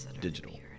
Digital